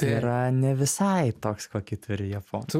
tai yra ne visai toks kokį turi japonai